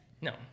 no